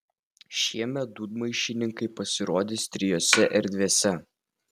šiemet dūdmaišininkai pasirodys trijose erdvėse